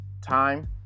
time